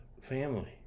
family